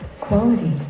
quality